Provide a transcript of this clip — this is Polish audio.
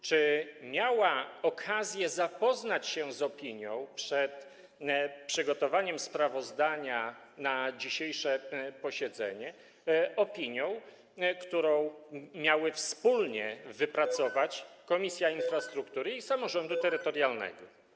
Czy miała okazję zapoznać się przed przygotowaniem sprawozdania na dzisiejsze posiedzenie z opinią, którą miały wspólnie wypracować Komisja Infrastruktury i komisja samorządu terytorialnego?